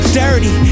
dirty